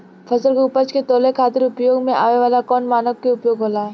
फसल के उपज के तौले खातिर उपयोग में आवे वाला कौन मानक के उपयोग होला?